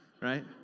Right